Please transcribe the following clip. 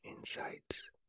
insights